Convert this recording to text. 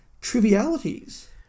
trivialities